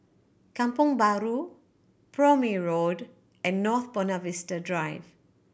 Kampong Bahru Prome Road and North Buona Vista Drive